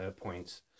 points